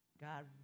God